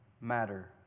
matter